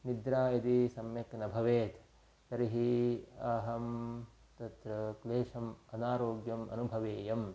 निद्रा यदि सम्यक् न भवेत् तर्हि अहं तत्र क्लेशम् अनारोग्यम् अनुभवेयम्